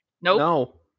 Nope